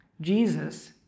Jesus